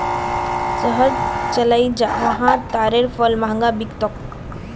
शहर चलइ जा वहा तारेर फल महंगा बिक तोक